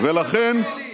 אתה מסלף.